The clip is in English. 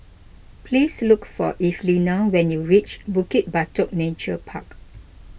please look for Evelina when you reach Bukit Batok Nature Park